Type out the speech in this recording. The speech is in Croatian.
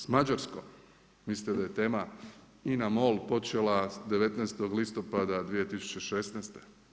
S Mađarskom, mislite da je tema INA MOL počela 19. listopada 2016.